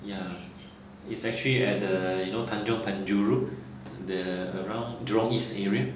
ya it's actually at the you know tanjong penjuru the around jurong east area